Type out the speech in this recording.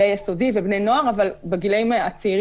במקרים של כל פגיעות שהן בגירים וקטינים